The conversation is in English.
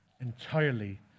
entirely